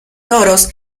toros